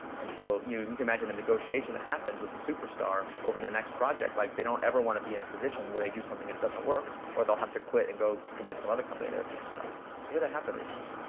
and so, you can imagine the negotiation that happens with the superstar over their next project. like they don't ever want to be in a position where they do something and it doesn't work, or they'll have to quit and go to convince some other company they're a superstar. i hear that happened recently.